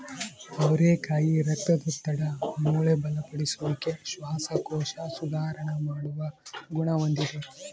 ಅವರೆಕಾಯಿ ರಕ್ತದೊತ್ತಡ, ಮೂಳೆ ಬಲಪಡಿಸುವಿಕೆ, ಶ್ವಾಸಕೋಶ ಸುಧಾರಣ ಮಾಡುವ ಗುಣ ಹೊಂದಿದೆ